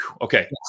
okay